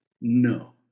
No